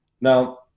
now